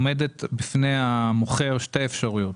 עומדות בפני המוכר שתי אפשרויות.